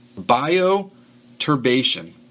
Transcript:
Bioturbation